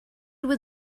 would